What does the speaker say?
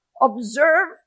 Observe